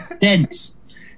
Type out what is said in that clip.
dense